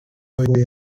boy